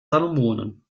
salomonen